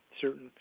certain